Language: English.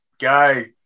guy